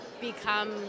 become